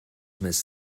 més